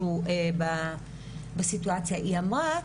שהוא בסיטואציה היא אמרה,